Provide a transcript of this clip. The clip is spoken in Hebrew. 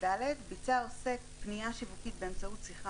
(ד)ביצע עוסק פניה שיווקית באמצעות שיחה